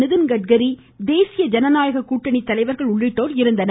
நிதின்கட்காரி தேசிய தஜனநாயக கூட்டணி தலைவர்கள் உள்ளிட்டோர் இருந்தனர்